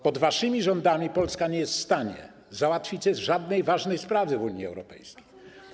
Pod waszymi rządami Polska nie jest w stanie załatwić żadnej ważnej sprawy w Unii Europejskiej.